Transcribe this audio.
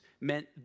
meant